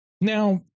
Now